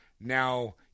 Now